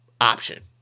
option